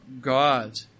God